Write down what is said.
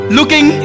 Looking